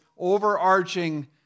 Overarching